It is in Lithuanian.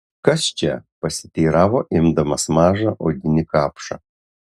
kas čia pasiteiravo imdamas mažą odinį kapšą